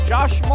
Josh